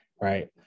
right